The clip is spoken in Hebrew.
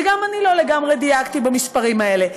וגם אני לא לגמרי דייקתי במספרים האלה.